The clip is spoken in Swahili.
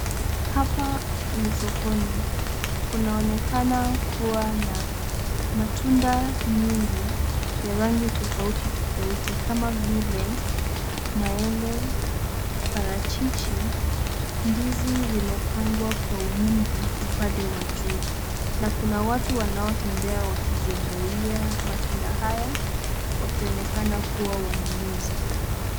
Hapa ni sokoni. Kunaonekana kuwa na matunda nyingi ya rangi tofauti tofauti kama vile maembe, parachichi, ndizi, zimepangwa kwa wingi upande wa juu. Na kuna watu wanaotembea wakiziangalia matunda haya, wakionekana kuwa wanunuzi.